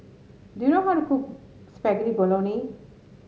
do you know how to cook Spaghetti Bolognese